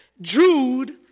jude